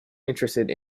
interested